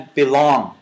belong